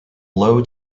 low